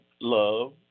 love